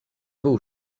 był